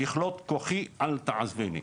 ככלות כוחי אל תעזביני..".